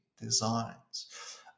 designs